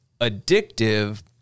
addictive